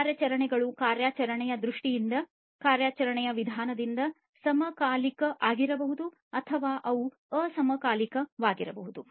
ಕಾರ್ಯಾಚರಣೆಗಳು ಕಾರ್ಯಾಚರಣೆಯ ದೃಷ್ಟಿಯಿಂದ ಕಾರ್ಯಾಚರಣೆಯ ವಿಧಾನದಿಂದ ಸಮಕಾಲಿಕ ಆಗಿರಬಹುದು ಅಥವಾ ಅವುಗಳ ಅಸಮಕಾಲಿಕವಾಗಿರಬಹುದು